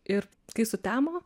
ir kai sutemo